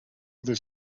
other